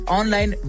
online